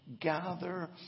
gather